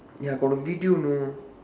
ya got video you know